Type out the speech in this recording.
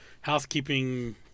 housekeeping